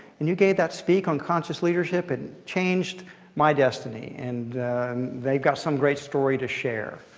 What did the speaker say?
and you gave that speak on conscious leadership and changed my destiny. and they've got some great story to share.